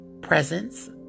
presents